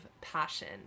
passion